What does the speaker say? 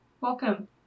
welcome